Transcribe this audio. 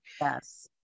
Yes